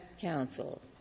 counsel